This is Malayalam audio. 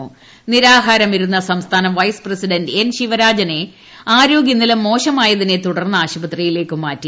പി നിരാഹാരമിരുന്ന സംസ്ഥാന വൈസ് പ്രസിഡന്റ് എൻ ശിവരാജനെ ആരോഗൃനില മോശമായതിനെ തുടർന്ന് ആശുപത്രിയിലേക്ക് മാറ്റി